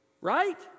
Right